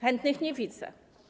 Chętnych nie widzę.